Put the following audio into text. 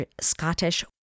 Scottish